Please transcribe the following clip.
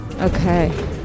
Okay